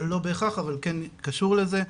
לא בהכרח, אבל כן קשור לזה.